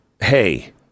hey